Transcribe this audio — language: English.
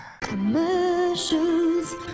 Commercials